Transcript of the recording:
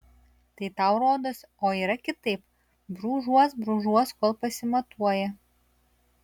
tai tau rodos o yra kitaip brūžuos brūžuos kol pasimatuoja